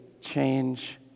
change